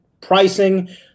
pricing